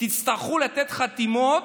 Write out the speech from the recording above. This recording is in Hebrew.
תצטרכו לתת חתימות